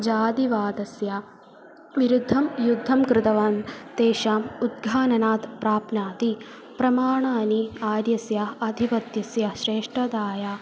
जातिवादस्य विरुद्धं युद्धं कृतवान् तेषाम् उद्घानात् प्राप्तानि प्रमाणानि आर्यस्य आधिपत्यस्य श्रेष्टताय